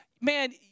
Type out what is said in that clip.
man